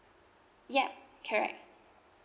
ya correct